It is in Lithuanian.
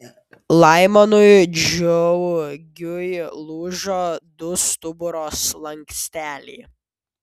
laimonui džiaugiui lūžo du stuburo slanksteliai